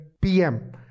PM